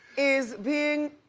is being